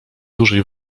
dużej